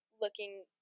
looking